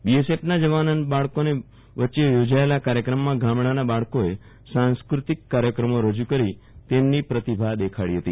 બીએસએફના જવાન અને બળાકો વચ્ચે યોજાયેલા આ કાર્યક્રમમાં ગામડાના બાળકોએ સાંસ્ક્રતિક કાર્યક્રમો રજૂ કરી તેમની પ્રતિભા દેખાડી હતી